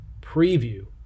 preview